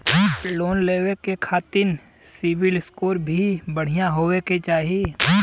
Loan लेवे के खातिन सिविल स्कोर भी बढ़िया होवें के चाही?